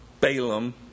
Balaam